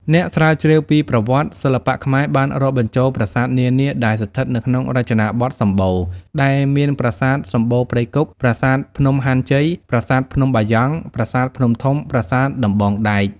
អ្នកស្រាវជ្រាវពីប្រវត្តិ សិល្បៈខ្មែរបានរាប់បញ្ចូលប្រាសាទនានាដែលស្ថិតនៅក្នុងរចនាបថសម្បូណ៌ ដែលមានប្រាសាទសម្បូណ៌ព្រៃគុហ៍ ប្រាសាទភ្នំហាន់ជ័យ ប្រាសាទភ្នំបាយ៉ង់ ប្រាសាទភ្នំធំ ប្រាសាទដំបងដែក ។